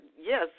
yes